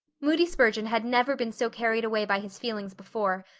moody spurgeon had never been so carried away by his feelings before,